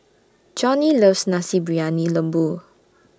Johnnie loves Nasi Briyani Lembu